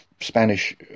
Spanish